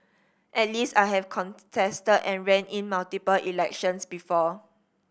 at least I have contested and ran in multiple elections before